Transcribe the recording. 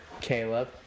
Caleb